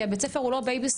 כי בית הספר הוא לא בייביסיטר.